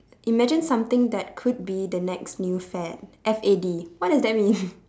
imagine something that could be the next new fad F A D what does that mean